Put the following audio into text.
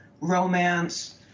romance